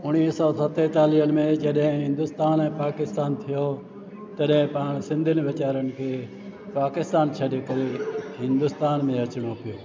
उणिवीह सौ सतेतालीह में जॾहिं हिंदुस्तान ऐं पाकिस्तान थियो तॾहिं पाण सिंधियुनि वीचारनि खे पाकिस्तान छॾे करे हिंदुस्तान में अचिणो पियो